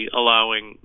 allowing